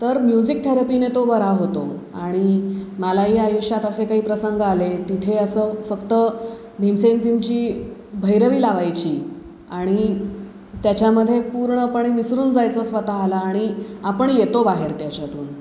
तर म्युझिक थेरपीने तो बरा होतो आणि मलाही आयुष्यात असे काही प्रसंग आले तिथे असं फक्त भीमसेनजींची भैरवी लावायची आणि त्याच्यामध्ये पूर्णपणे मिसळून जायचं स्वतःला आणि आपण येतो बाहेर त्याच्यातून